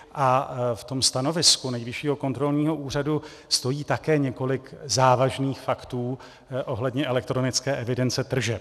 Ve stanovisku Nejvyššího kontrolního úřadu stojí také několik závažných faktů ohledně elektronické evidence tržeb.